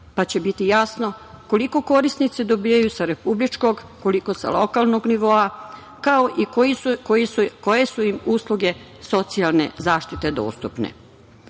pa će biti jasno koliko korisnici dobijaju sa republičkog, koliko sa lokalnog nivoa, kao i koje su im usluge socijalne zaštite dostupne. Kontrolom